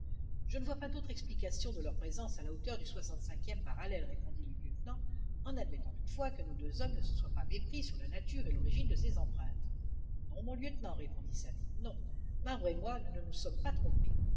je ne vois pas d'autre explication de leur présence à la hauteur du soixante cinquième parallèle répondit le lieutenant en admettant toutefois que nos deux hommes ne se soient pas mépris sur la nature et l'origine de ces empreintes non mon lieutenant répondit sabine non marbre et moi nous ne nous sommes pas trompés